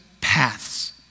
paths